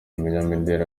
umunyamideli